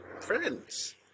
friends